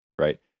Right